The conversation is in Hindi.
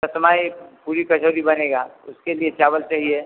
तब तुम्हारे पूरी कचौरी बनेगा उसके लिए चावल चाहिए